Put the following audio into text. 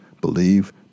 believe